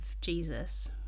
Jesus